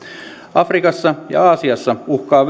afrikassa ja aasiassa uhkaa